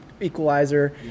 equalizer